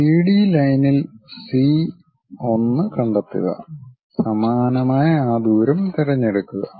CD ലൈനിൽ C 1 കണ്ടെത്തുക സമാനമായി ആ ദൂരം തിരഞ്ഞെടുക്കുക